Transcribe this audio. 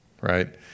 Right